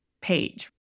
page